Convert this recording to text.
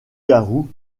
garou